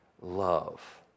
love